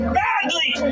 badly